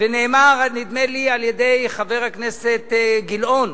זה נאמר, נדמה לי, על-ידי חבר הכנסת גילאון.